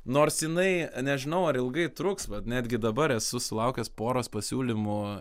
nors jinai nežinau ar ilgai truks vat netgi dabar esu sulaukęs poros pasiūlymų